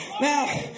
now